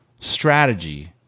strategy